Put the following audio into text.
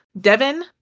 Devin